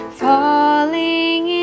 falling